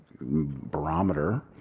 barometer